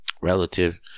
Relative